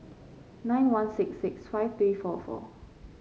nine one six six five three four four